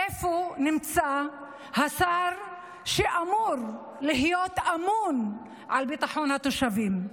איפה נמצא השר שאמור להיות אמון על ביטחון התושבים?